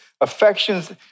affections